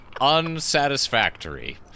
unsatisfactory